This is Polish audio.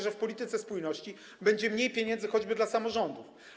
że w polityce spójności będzie mniej pieniędzy choćby dla samorządów.